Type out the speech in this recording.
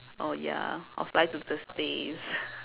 oh ya I'll fly to the space